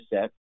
set